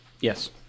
Yes